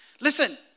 Listen